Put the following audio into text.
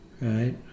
Right